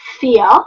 fear